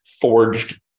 forged